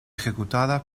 ejecutada